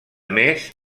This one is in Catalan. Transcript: més